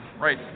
right